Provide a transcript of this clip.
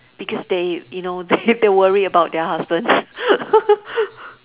because they you know they they worry about their husbands